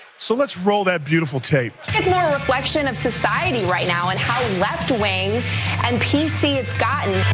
so let's roll that beautiful tape. it's more a reflection of society right now and how left wing un-pc it's gotten.